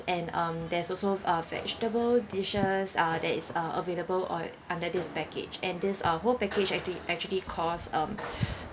and um there's also uh vegetable dishes uh that is uh available uh under this package and this uh whole package actually actually costs um